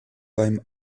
beim